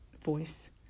voice